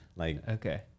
Okay